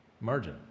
margin